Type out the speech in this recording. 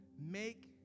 Make